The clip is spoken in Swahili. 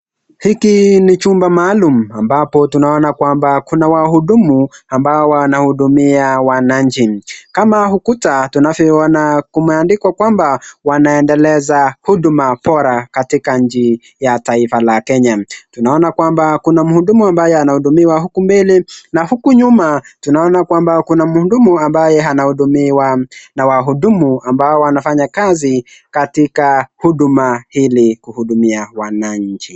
Hiki ni chumba maalum ambapo tunaona kwamba kuna wahudumu ambao wanahudumia wananchi kama ukuta tunavyoona imeandikwa kwamba wanaendeleza huduma bora katika nchi ya taifa la Kenya tunaona kwamba kuna mhudumu ambaye anahudumiwa huku mbele na huku nyuma tunaona kwamba kuna mhudumu ambaye anahudumiwa na wahudumu ambao wanafanya kazi katika huduma hili kuhudumia wananchi.